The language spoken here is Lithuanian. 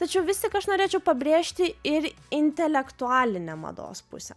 tačiau visa ką aš norėčiau pabrėžti ir intelektualinę mados pusę